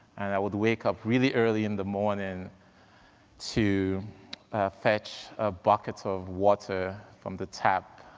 and i would wake up really early in the morning to fetch a bucket of water from the tap